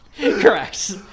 Correct